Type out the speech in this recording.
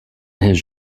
his